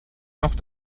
noch